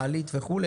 מעלית וכו',